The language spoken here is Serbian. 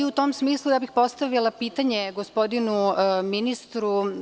U tom smislu, postavila bih pitanja gospodinu ministru.